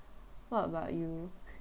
what about you